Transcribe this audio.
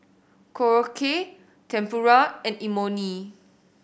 Korokke Tempura and Imoni